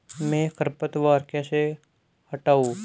मैं खरपतवार कैसे हटाऊं?